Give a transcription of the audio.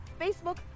Facebook